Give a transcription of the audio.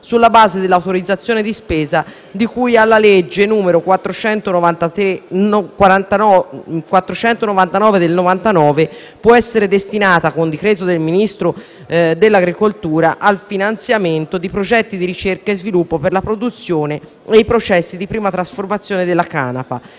sulla base dell'autorizzazione di spesa di cui alla legge n. 499 del 1999, può essere destinata, con decreto del Ministro dell'agricoltura, al finanziamento di progetti di ricerca e sviluppo per la produzione e i processi di prima trasformazione della canapa,